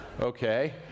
okay